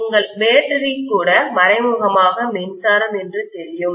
உங்கள் பேட்டரி கூட மறைமுகமாக மின்சாரம் என்று தெரியும்